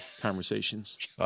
conversations